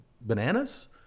bananas